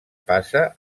passa